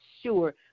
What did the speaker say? sure